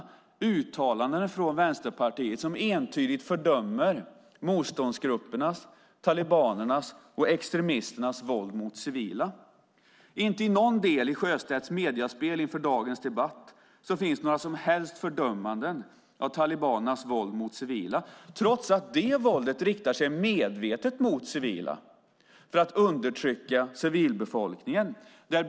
Var finns uttalandena från Vänsterpartiet som entydigt fördömer motståndsgruppernas, talibanernas och extremisternas våld mot civila? Inte i någon del i Sjöstedts mediespel inför dagens debatt finns några som helst fördömanden av talibanernas våld mot civila, trots att detta våld medvetet riktas mot civila för att undertrycka civilbefolkningen.